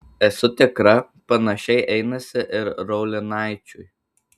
esu tikra panašiai einasi ir raulinaičiui